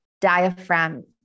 diaphragm